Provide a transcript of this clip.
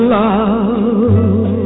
love